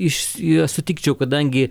iš sutikčiau kadangi